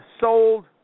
sold